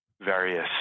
various